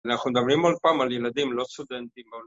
אנחנו מדברים על פעם ילדים, לא סטודנטים.